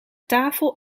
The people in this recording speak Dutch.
tafel